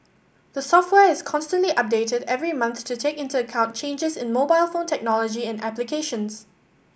the software is constantly updated every month to take into account changes in mobile phone technology and applications